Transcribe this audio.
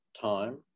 time